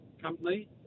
company